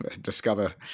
discover